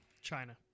China